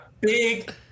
big